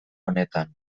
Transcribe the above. honetan